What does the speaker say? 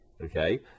okay